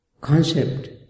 concept